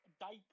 diaper